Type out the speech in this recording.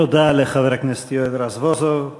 תודה לחבר הכנסת יואל רזבוזוב.